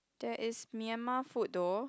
there is Myanmar food though